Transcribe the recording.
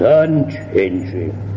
unchanging